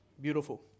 Beautiful